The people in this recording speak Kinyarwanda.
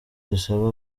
dusaba